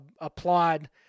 applaud